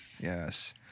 yes